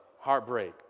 heartbreak